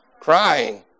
Crying